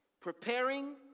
Preparing